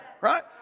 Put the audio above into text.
Right